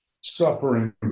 suffering